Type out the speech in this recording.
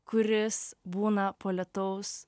kuris būna po lietaus